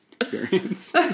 experience